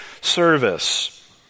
service